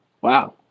wow